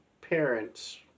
parents